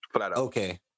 Okay